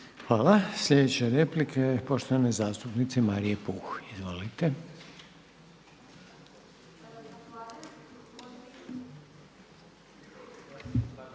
Hvala. Sljedeća replika je poštovane zastupnice Marije Puh. Izvolite.